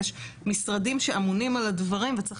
יש משרדים שאמונים על הדברים וצריך